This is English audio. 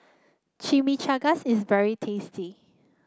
Chimichangas is very tasty